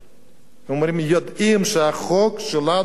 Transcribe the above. הם אומרים: יודעים שהחוק שלנו ייפול,